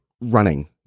running